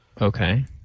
Okay